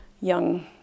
young